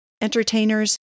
entertainers